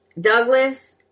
Douglas